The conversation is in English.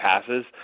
passes